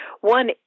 One